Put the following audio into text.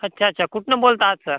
अच्छा अच्छा कुठनं बोलता आहात सर